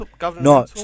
No